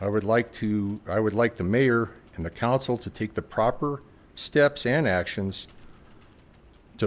i would like to i would like the mayor and the council to take the proper steps and actions to